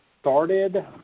started